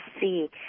see